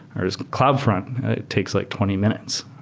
there is cloudfront takes like twenty minutes.